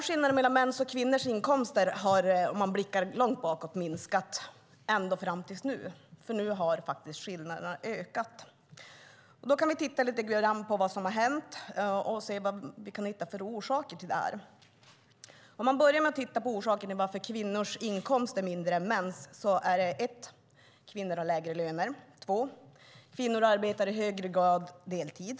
Skillnaderna mellan mäns och kvinnors inkomster har när man blickar långt bakåt minskat ända fram till nu, men nu har skillnaderna ökat. Låt oss titta lite grann på vad som har hänt och se vilka orsakerna är. Varför är kvinnors inkomster mindre än mäns? För det första har kvinnor lägre löner. För det andra arbetar kvinnor i högre grad deltid.